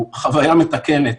הוא חוויה מתקנת